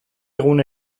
egun